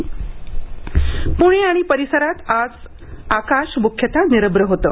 हवामान प्णे आणि परिसरात आज आकाश मुख्यत निरभ्र होतं